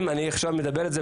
אני אומר את זה,